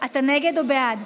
אתה נגד או בעד?